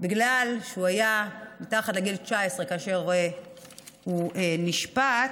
בגלל שהוא היה מתחת לגיל 19 כאשר הוא נשפט,